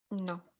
no